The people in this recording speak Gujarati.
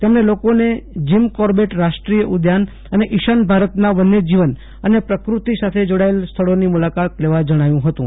તેમણે લોકોને જીમ કોર્બેટ રાષ્ટ્રીય ઉદ્યાન અને ઇશાન ભારતના વન્યજીવન અને પ્રકૃત્તિ સાથે જોડાયેલ સ્થળોની મુલાકાત લેવા જણાવ્યું હતું